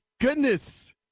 goodness